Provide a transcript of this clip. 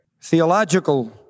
theological